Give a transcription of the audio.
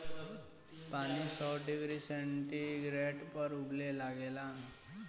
पानी सौ degree centigrade पर उबले लागेला